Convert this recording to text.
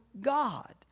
God